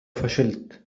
فشلت